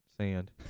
sand